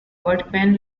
workman